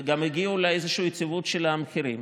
וגם הגיעו לאיזושהי יציבות של המחירים.